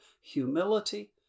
humility